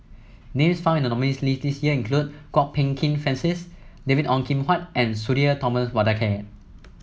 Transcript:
names found in the nominees' list this year include Kwok Peng Kin Francis David Ong Kim Huat and Sudhir Thomas Vadaketh